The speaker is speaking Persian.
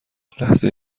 لحظه